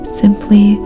simply